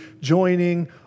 joining